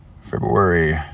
February